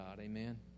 Amen